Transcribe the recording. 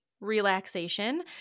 relaxation